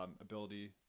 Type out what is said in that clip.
ability